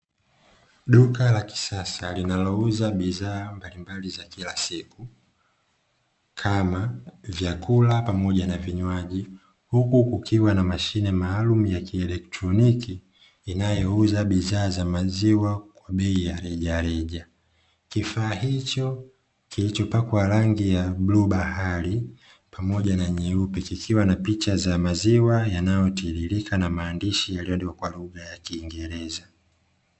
Duka la kisasa linalouza bidhaa mbalimbali za kila siku kama vyakula pamoja na vinywaji, huku kukiwa na mashine maalumu ya kielektroniki inayouza bidhaa za maziwa kwa bei ya rejareja. Kifaa hicho kilichopakwa rangi ya bluu bahari pamoja na nyeupe kikiwa na picha za maziwa yanayotiririka na maandishi yaliyoandikwa kwa lugha ya kiingereza.